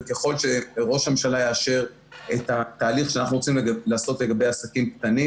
וככל שראש הממשלה יאשר את התהליך שאנחנו רוצים לעשות לגבי העסקים הקטנים